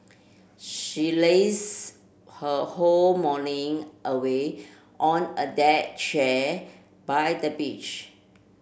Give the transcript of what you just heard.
she laze her whole morning away on a deck chair by the beach